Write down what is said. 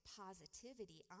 positivity